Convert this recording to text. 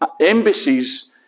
embassies